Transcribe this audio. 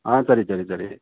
ஆ சரி சரி சரி